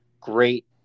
great